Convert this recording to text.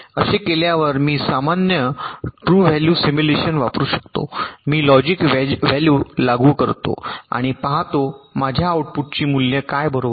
असे केल्यावर मी सामान्य ट्रू व्हॅल्यू सिम्युलेशन वापरू शकतो मी लॉजिक व्हॅल्यू लागू करतो आणि पाहतो माझ्या आउटपुटची मूल्ये काय बरोबर आहेत